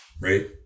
right